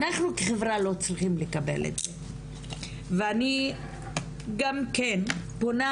אנחנו כחברה לא צריכים לקבל את זה ואני גם כן פונה